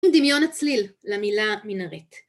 עם דמיון הצליל למילה מנהרית.